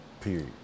period